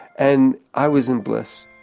and i was in bliss